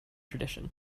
tradition